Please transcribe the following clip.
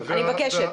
אני מבקשת.